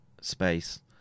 space